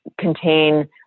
contain